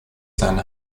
sein